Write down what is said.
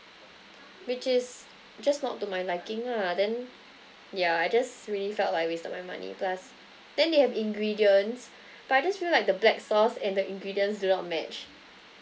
which is just not to my liking lah then ya I just really felt like wasted my money plus then they have ingredients but I just feel like the black sauce and the ingredients do not match